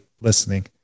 listening